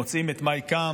מוצאים את מיין קמפף,